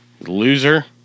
Loser